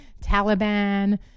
Taliban